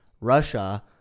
Russia